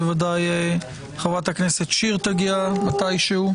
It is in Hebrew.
בוודאי חברת הכנסת שיר תגיע מתי שהוא.